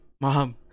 mom